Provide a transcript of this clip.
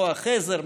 כוח עזר,